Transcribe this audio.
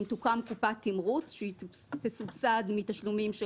תוקם קופת תמרוץ שהיא תסובסד מתשלומים של